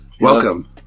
welcome